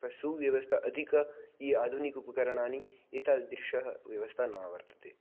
पर् सुव्यवस्था अधिका ये आधुनिक उपकरणानि एतादृशः व्यवस्था न वर्तते